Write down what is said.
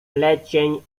plecień